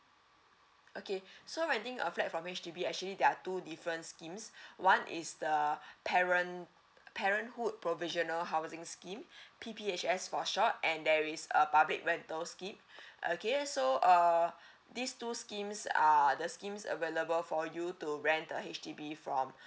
okay so renting a flat from H_D_B actually there are two different schemes one is the parent parenthood provisional housing scheme P P H S for short and there is a public rental scheme okay so uh these two schemes are the schemes available for you to rent a H_D_B from